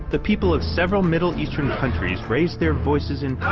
the people of several middle eastern countries raised their voices in